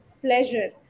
pleasure